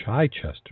Chichester